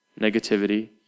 negativity